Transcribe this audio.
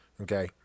Okay